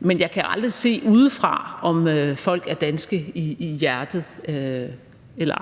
Men jeg kan aldrig se udefra, om folk er danske i hjertet eller ej.